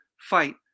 fight